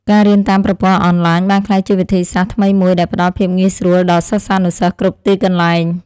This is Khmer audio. ការរៀនតាមប្រព័ន្ធអនឡាញបានក្លាយជាវិធីសាស្ត្រថ្មីមួយដែលផ្តល់ភាពងាយស្រួលដល់សិស្សានុសិស្សគ្រប់ទីកន្លែង។